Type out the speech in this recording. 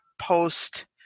post